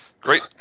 Great